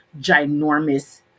Ginormous